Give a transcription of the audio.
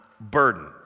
burden